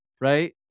right